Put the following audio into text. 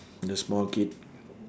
the small kid